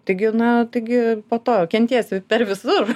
taigi na taigi po to kentėsi per visur